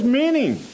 meaning